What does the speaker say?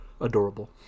Adorable